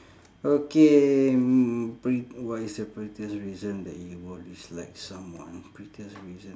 okay m~ p~ what is the pettiest reason that you would dislike someone pettiest reason